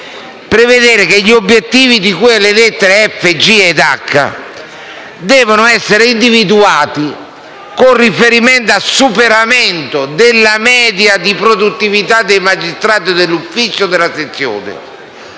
prevedere che gli obiettivi di cui alle lettere *f)*, *g)* e *h)* devono essere individuate con riferimento al superamento della media di produttività dei magistrati dell'ufficio o della sezione